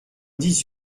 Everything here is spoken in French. dix